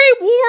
war